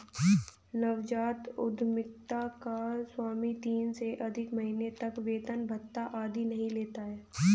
नवजात उधमिता का स्वामी तीन से अधिक महीने तक वेतन भत्ता आदि नहीं लेता है